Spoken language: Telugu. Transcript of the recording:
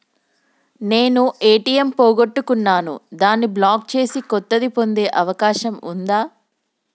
నేను ఏ.టి.ఎం పోగొట్టుకున్నాను దాన్ని బ్లాక్ చేసి కొత్తది పొందే అవకాశం ఉందా?